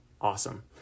awesome